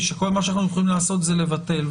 שכל מה שאנחנו יכולים לעשות זה לבטל.